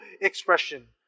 expression